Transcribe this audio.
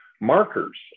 markers